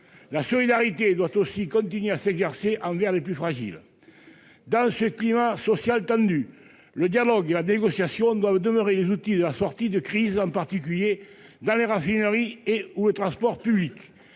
la solidarité doit aussi continuer à s'exercer envers les plus fragiles dans ce climat social tendu le dialogue et la négociation doivent demeurer les outils, la sortie de crise, en particulier dans les raffineries et ou les transports publics,